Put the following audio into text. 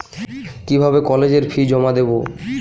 কিভাবে কলেজের ফি জমা দেবো?